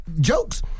Jokes